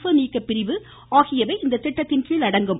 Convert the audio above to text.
per நீக்க பிரிவு இத்திட்டத்தின்கிழ் அடங்கும்